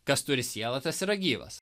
kas turi sielą tas yra gyvas